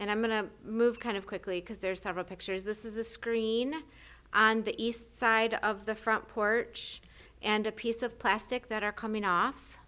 and i'm going to move kind of quickly because there are several pictures this is a screen on the east side of the front porch and a piece of plastic that are coming off